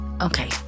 Okay